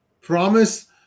promise